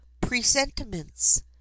presentiments